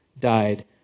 died